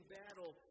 battle